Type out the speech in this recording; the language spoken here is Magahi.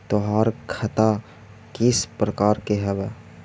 तोहार खता किस प्रकार के हवअ